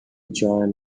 join